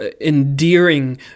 endearing